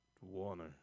Warner